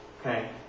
Okay